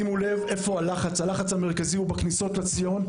שימו לב שהלחץ המרכזי הוא בכניסות לציון.